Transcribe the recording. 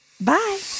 Bye